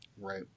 Right